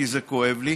כי זה כואב לי,